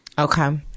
Okay